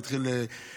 זה התחיל להתקדם,